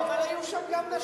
אבל היו שם גם נשים,